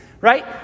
right